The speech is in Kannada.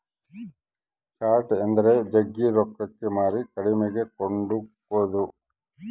ಶಾರ್ಟ್ ಎಂದರೆ ಜಗ್ಗಿ ರೊಕ್ಕಕ್ಕೆ ಮಾರಿ ಕಡಿಮೆಗೆ ಕೊಂಡುಕೊದು